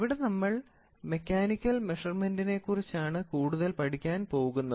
ഇവിടെ നമ്മൾ മെക്കാനിക്കൽ മെഷർമെന്റിനെക്കുറിച്ചാണ് കൂടുതൽ പഠിക്കാൻ പോകുന്നത്